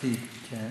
לדעתי כן.